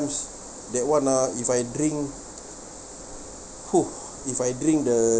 that one ah if I drink !huh! if I drink the